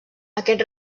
aquest